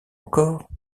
encore